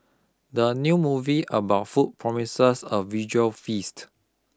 the new movie about food promises a visual feast